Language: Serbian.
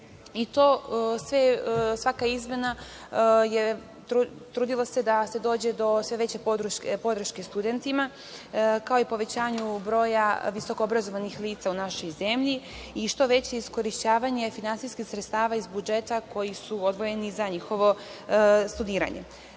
Sa svakom izmenom se trudilo da se dođe do što veće podrške studentima, kao i povećanju broja visokoobrazovanih lica u našoj zemlji i što veće iskorišćavanje finansijskih sredstava iz budžeta koji su odvojeni za njihovo studiranje.